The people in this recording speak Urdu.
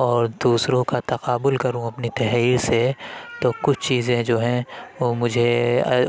اور دوسروں کا تقابل کروں اپنی تحریر سے تو کچھ چیزیں جو ہیں وہ مجھے